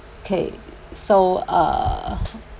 okay so uh